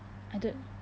I don't